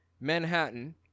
Manhattan